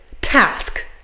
Task